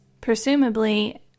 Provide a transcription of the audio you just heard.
presumably